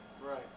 Right